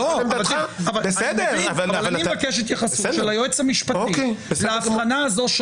אבל אני מבקש התייחסות של היועץ המשפטי להבחנה הזאת,